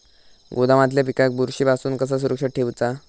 गोदामातल्या पिकाक बुरशी पासून कसा सुरक्षित ठेऊचा?